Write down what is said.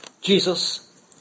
Jesus